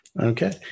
okay